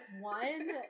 one